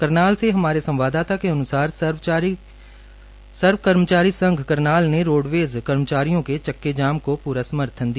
करनालसे हमारे संवाददाता के अन्सार सर्वकर्मचारी संघ करनाल ने रोडवेज कर्मचारियों के चक्के जाम को पूरा समर्थन दिया